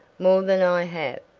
more than i have.